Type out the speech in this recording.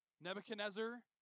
Nebuchadnezzar